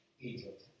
Egypt